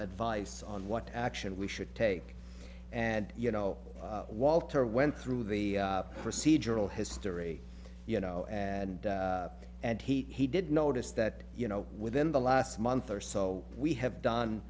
advice on what action we should take and you know walter went through the procedural history you know and and he did notice that you know within the last month or so we have done